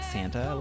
Santa